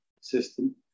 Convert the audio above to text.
system